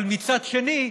אבל מצד שני,